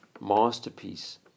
masterpiece